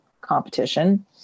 competition